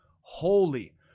holy